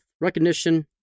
recognition